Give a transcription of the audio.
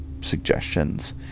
suggestions